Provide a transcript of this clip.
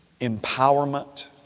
empowerment